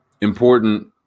important